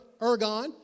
ergon